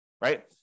right